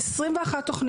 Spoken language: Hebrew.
אם אנחנו רוצים לסקור